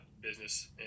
business